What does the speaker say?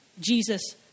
Jesus